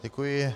Děkuji.